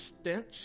stench